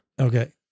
Okay